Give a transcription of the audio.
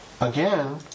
again